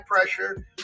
pressure